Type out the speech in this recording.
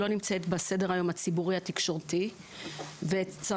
היא לא נמצאת בסדר-היום הציבורי התקשרותי והנושא